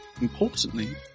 importantly